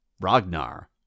Ragnar